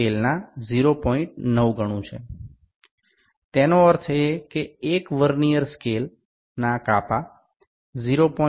9 ગણું છે તેનો અર્થ એ કે 1 વર્નીઅર સ્કેલ કાપા 0